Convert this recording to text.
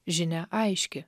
žinia aiški